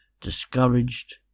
discouraged